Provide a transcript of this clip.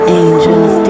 angels